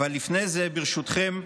אבל לפני זה, ברשותכם,